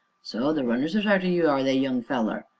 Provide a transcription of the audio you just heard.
so the runners is arter you, are they, young feller?